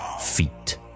feet